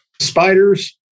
spiders